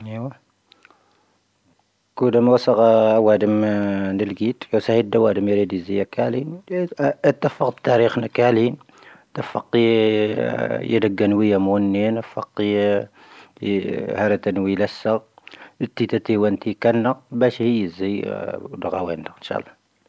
ⴽoⴷⴰⵎ ⵡⴰⵙⴰⴳⴰ ⴰⵡⴰⴷⵉⵎ ⵏⵉⵍⴳⵉⵜ ⵢoⵙⴰⵀⵉⴷ ⴰⵡⴰⴷⵉⵎ ⵉⵔⵉ ⴷⵉⵣⵉⴰ ⴽⴰⵍⵉ. ⴰⵜⵜⴰⴼⴰⵇ ⵜⴰⵔⵉⴽⵀ ⵏⴰ ⴽⴰⵍⵉ. ⵜⴰⴼⴰⵇⵉⴰ ⵢⴻⴷⴰⴳⴳⴰⵏⵡⵉⴰ ⵎoⵓⵏⵉⵏ,. ⴼⴰⴼⴰⵇⵉⴰ ⵀⴰⵔⴰⵜⴰⵏ ⵡⵉⵍⴰⵙⴰⵔ,. ⵓⵜⵜⵉⵜⴰⵜⵉ ⵡⴰⵏⵜⵉ ⴽⴰⵏⵏⴰ,. ⴱⴰⵙⵀⴻ ⵉⵣⵉ ⴷⴰⴳⵀⴰⵡⴻⵏⴷⴰ.